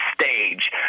stage